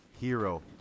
Hero